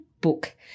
book